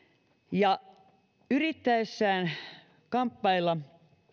ja yrittäessään kamppailla